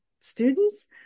students